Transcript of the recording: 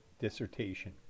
dissertation